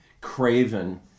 craven